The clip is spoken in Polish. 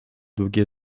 długie